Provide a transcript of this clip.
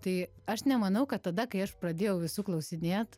tai aš nemanau kad tada kai aš pradėjau visų klausinėt